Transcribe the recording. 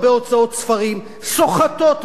סוחטות מההוצאות מחירים,